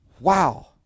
wow